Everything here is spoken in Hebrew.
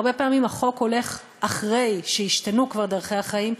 הרבה פעמים החוק הולך אחרי שהשתנו כבר דרכי החיים,